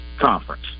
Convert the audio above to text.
conference